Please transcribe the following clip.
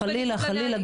חלילה.